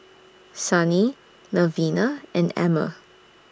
Sunny Melvina and Emmer